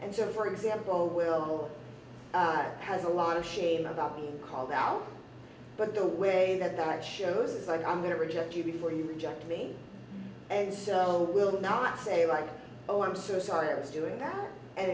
and so for example will has a lot of shame about being called out but the way that that shows i'm going to reject you before you reject me and so will not say like oh i'm so sorry i was doing that and